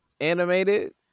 Animated